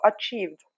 achieved